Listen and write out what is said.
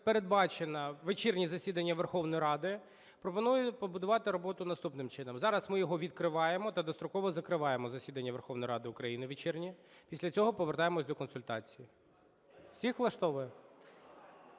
передбачено вечірнє засідання Верховної Ради, пропоную побудувати роботу наступним чином: зараз ми його відкриваємо та достроково закриваємо, засідання Верховної Ради України вечірнє; після цього повертаємося до консультацій. Всіх влаштовує?